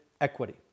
equity